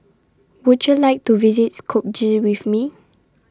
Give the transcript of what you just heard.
Would YOU like to visit Skopje with Me